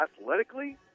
athletically